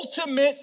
ultimate